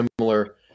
similar